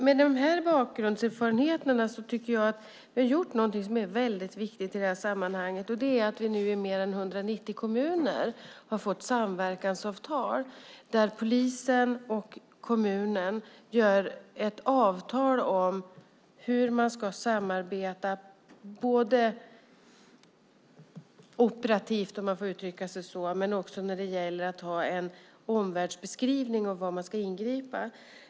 Med de här bakgrundserfarenheterna tycker jag att vi har gjort någonting som är väldigt viktigt i det här sammanhanget, och det är att vi nu i mer än 190 kommuner har fått samverkansavtal mellan polisen och kommunen om hur de ska samarbeta operativt, om man får uttrycka sig så, och när det gäller att ha en omvärldsbeskrivning och var de ska ingripa.